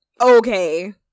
Okay